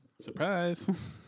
Surprise